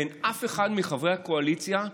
ואין אף אחד מחברי הקואליציה,